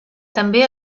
també